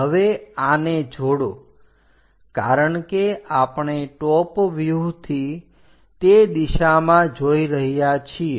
હવે આને જોડો કારણ કે આપણે ટોપ વ્યુહથી તે દિશામાં જોઈ રહ્યા છીએ